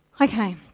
Okay